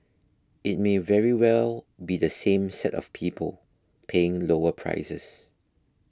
it may very well be the same set of people paying lower prices